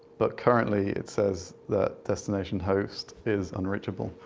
but currently, it says that destination host is unreachable.